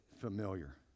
familiar